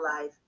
life